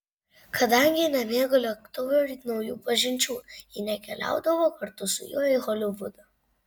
kadangi nemėgo lėktuvų ir naujų pažinčių ji nekeliaudavo kartu su juo į holivudą